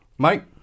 Mike